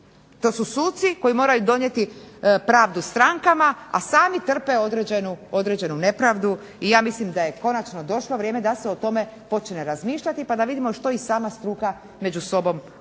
To su suci koji moraju donijeti pravdu strankama, a sami trpe određenu nepravdu. I ja mislim da je konačno došlo vrijeme da se o tome počne razmišljati pa da vidimo što i sama struka među sobom govori,